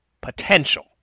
potential